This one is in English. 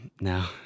now